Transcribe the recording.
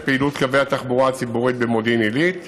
פעילות קווי התחבורה הציבורית במודיעין עילית